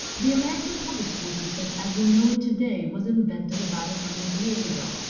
the american public school system, as we know it today, was invented about a hundred years ago.